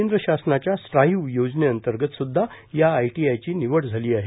केंद्र ासनाच्या स्ट्राईव्ह योजनेअंतर्गत सुद्धा या आयटीआयची निवड झाली आहे